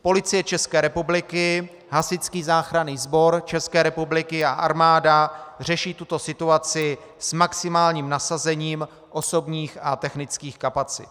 Policie České republiky, Hasičský záchranný sbor České republiky a armáda řeší tuto situaci s maximálním nasazením osobních a technických kapacit.